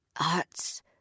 Arts